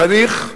חניך,